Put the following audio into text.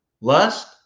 Lust